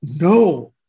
No